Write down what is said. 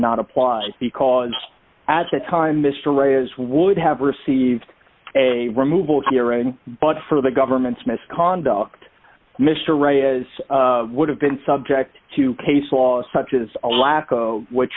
not apply because at that time mr ray as well would have received a removal hearing but for the government's misconduct mr right is would have been subject to case law such as a lack of which